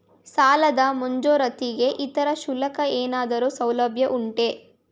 ಸಾಲದ ಮಂಜೂರಾತಿಗೆ ಇತರೆ ಶುಲ್ಕಗಳ ಏನಾದರೂ ಸೌಲಭ್ಯ ಉಂಟೆ?